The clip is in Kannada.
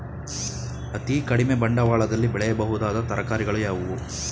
ಅತೀ ಕಡಿಮೆ ಬಂಡವಾಳದಲ್ಲಿ ಬೆಳೆಯಬಹುದಾದ ತರಕಾರಿಗಳು ಯಾವುವು?